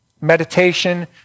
meditation